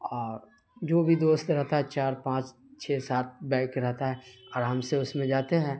اور جو بھی دوست رہتا ہے چار پانچ چھ سات بیک رہتا ہے آرام سے اس میں جاتے ہیں